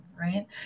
right